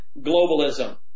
globalism